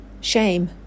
Shame